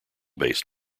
based